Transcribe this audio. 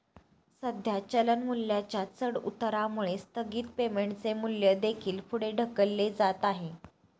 सध्या चलन मूल्याच्या चढउतारामुळे स्थगित पेमेंटचे मूल्य देखील पुढे ढकलले जात आहे